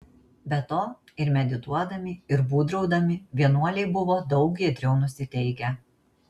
be to ir medituodami ir būdraudami vienuoliai buvo daug giedriau nusiteikę